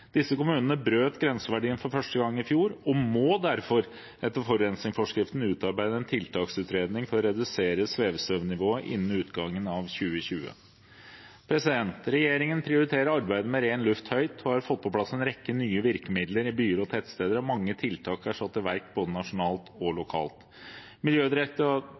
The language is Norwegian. Disse kommunene brøt grenseverdien for første gang i fjor og må derfor etter forurensningsforskriften utarbeide en tiltaksutredning for å redusere svevestøvnivået innen utgangen av 2020. Regjeringen prioriterer arbeidet med ren luft høyt og har fått på plass en rekke nye virkemidler i byer og tettsteder, og mange tiltak er satt i verk både nasjonalt og lokalt.